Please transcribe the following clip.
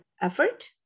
effort